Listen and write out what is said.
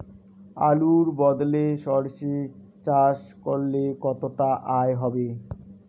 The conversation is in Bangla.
আলুর বদলে সরষে চাষ করলে কতটা আয় হবে?